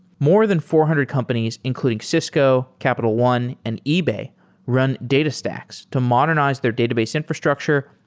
more than four hundred companies including cisco, capital one, and ebay run datastax to modernize their database infrastructure,